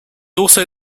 also